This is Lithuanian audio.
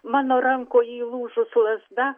mano rankoj įlūžus lazda